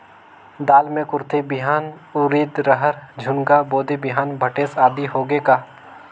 दाल मे कुरथी बिहान, उरीद, रहर, झुनगा, बोदी बिहान भटेस आदि होगे का?